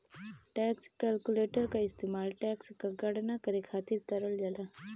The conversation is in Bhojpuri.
टैक्स कैलकुलेटर क इस्तेमाल टैक्स क गणना करे खातिर करल जाला